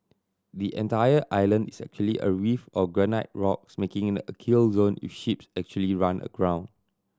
the entire island is actually a reef of granite rocks making it a kill zone if ships actually run aground